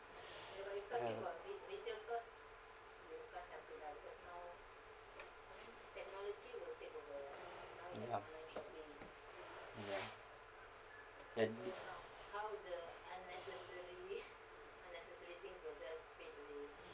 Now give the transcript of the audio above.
mm mm ah mm